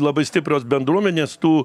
labai stiprios bendruomenės tų